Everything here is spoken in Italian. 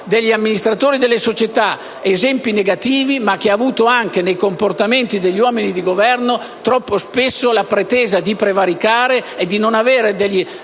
degli amministratori delle società, esempi negativi e, nell'ambito dei comportamenti degli uomini di Governo, troppo spesso la pretesa di prevaricare e di non avere